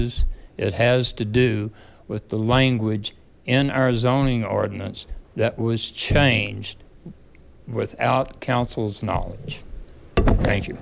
es it has to do with the language in our zoning ordinance that was changed without council's knowledge thank you